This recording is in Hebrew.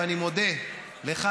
ואני מודה לך,